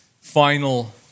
final